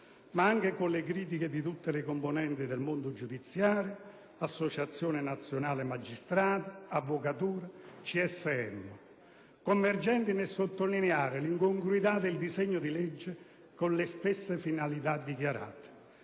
ma anche con le critiche di tutte le componenti del mondo giudiziario (Associazione nazionale magistrati, avvocatura, CSM), convergenti nel sottolineare l'incongruità del disegno di legge con le stesse finalità dichiarate.